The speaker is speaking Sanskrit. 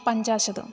पञ्चाशत्